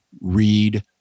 Read